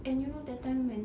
and you know that time when